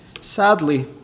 Sadly